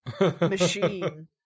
machine